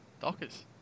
Dockers